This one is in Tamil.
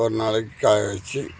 ஒரு நாளைக்கு காய வெச்சு